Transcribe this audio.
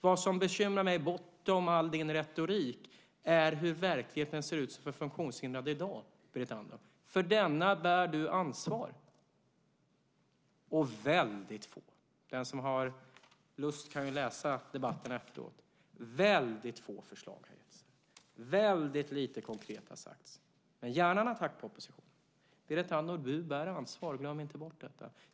Vad som bekymrar mig bortom all din retorik är hur verkligheten ser ut för funktionshindrade i dag, Berit Andnor. För denna bär du ansvar. Den som har lust kan läsa debatten efteråt. Det har getts väldigt få förslag, och väldigt lite konkret har sagts. Men du gör gärna en attack på oppositionen. Du bär ansvar, Berit Andnor. Glöm inte bort detta.